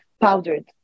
powdered